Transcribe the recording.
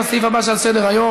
לסעיף הבא שעל סדר-היום: